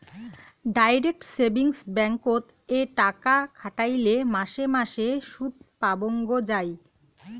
direct savings ব্যাঙ্ককোত এ টাকা খাটাইলে মাসে মাসে সুদপাবঙ্গ যাই